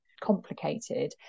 complicated